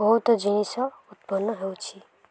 ବହୁତ ଜିନିଷ ଉତ୍ପନ୍ନ ହେଉଛି